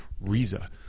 Riza